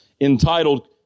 entitled